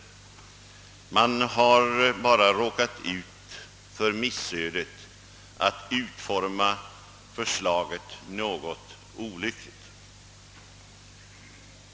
Man har bara råkat ut för missödet att utforma förslaget något olyckligt.